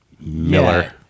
Miller